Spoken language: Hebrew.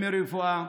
מרפואה,